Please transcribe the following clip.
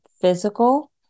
physical